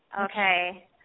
Okay